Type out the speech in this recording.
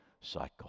cycle